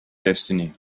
destiny